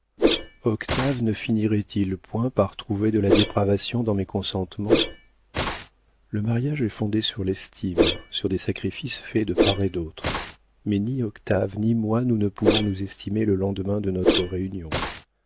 octave ne finirait-il point par trouver de la dépravation dans mes consentements le mariage est fondé sur l'estime sur des sacrifices faits de part et d'autre mais ni octave ni moi nous ne pouvons nous estimer le lendemain de notre réunion